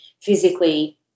physically